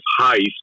heist